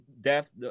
death